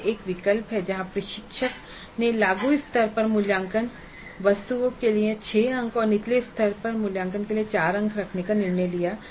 यह एक विकल्प है जहां प्रशिक्षक ने लागू स्तर पर मूल्यांकन वस्तुओं के लिए 6 अंक और निचले स्तर पर मूल्यांकन वस्तुओं के लिए 4 अंक रखने का निर्णय लिया है